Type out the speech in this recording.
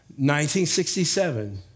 1967